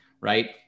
Right